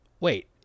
wait